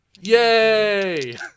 Yay